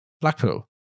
Blackpool